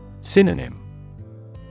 Synonym